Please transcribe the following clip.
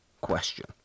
question